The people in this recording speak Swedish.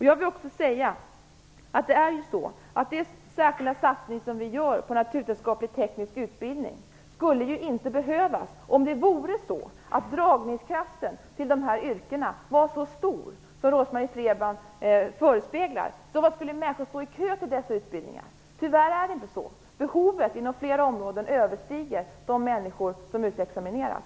Jag vill också säga att den särskilda satsning vi gör på naturvetenskapligt-teknisk utbildning inte skulle behövas om det vore så att yrkena på det här området hade en så stor dragningskraft som Rose-Marie Frebran förespeglar. I så fall skulle människor stå i kö till dessa utbildningar. Tyvärr är det inte så. Behovet inom flera områden överstiger det antalet människor som utexamineras.